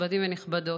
נכבדים ונכבדות,